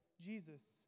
Jesus